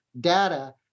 data